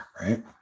right